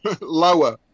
lower